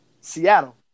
Seattle